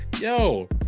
Yo